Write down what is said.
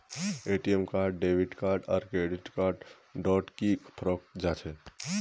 ATM card debit card आर credit card डोट की फरक जाहा?